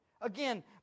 Again